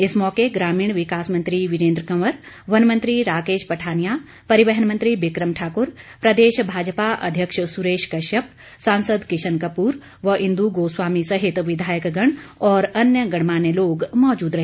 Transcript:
इस मौके ग्रामीण विकास मंत्री वीरेन्द्र कंवर वन मंत्री राकेश पठानिया परिवहन मंत्री बिक्रम ठाकुर प्रदेश भाजपा अध्यक्ष सुरेश कश्यप सांसद किशन कपूर व इंदु गोस्वामी सहित विधायकगण व अन्य गणमान्य लोग मौजूद रहे